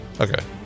Okay